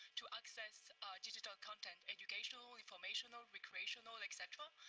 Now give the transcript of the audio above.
to access digital content, educational, informational, recreational, et cetera.